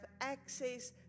access